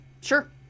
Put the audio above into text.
sure